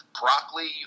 broccoli